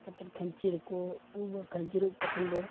ᱠᱟᱛᱮᱫ ᱠᱷᱟᱹᱧᱪᱤ ᱨᱮᱠᱚ ᱩᱵᱟ ᱠᱷᱟᱹᱧᱪᱤᱨᱮ ᱩᱵ ᱠᱟᱛᱮᱫ ᱵᱚᱱ